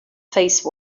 face